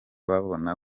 babona